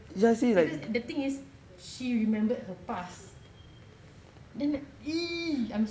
because the thing is she remembered her pass then !ee!